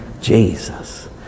Jesus